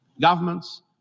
Governments